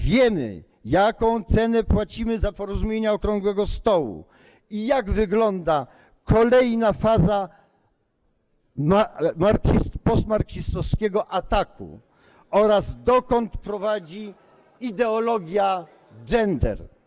Wiemy, jaką cenę płacimy za porozumienia okrągłego stołu, jak wygląda kolejna faza postmarksistowskiego ataku oraz dokąd prowadzi ideologia gender.